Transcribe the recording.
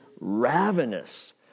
ravenous